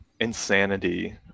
insanity